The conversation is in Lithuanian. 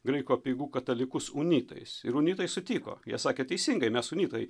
graikų apeigų katalikus unitais ir unitai sutiko jie sakė teisingai mes unitai